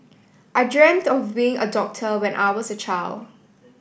I dreamt of being a doctor when I was a child